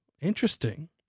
Interesting